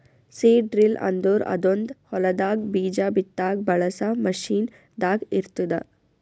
seed drill ಅಂದುರ್ ಅದೊಂದ್ ಹೊಲದಾಗ್ ಬೀಜ ಬಿತ್ತಾಗ್ ಬಳಸ ಮಷೀನ್ ದಾಗ್ ಇರ್ತ್ತುದ